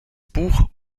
buch